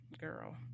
girl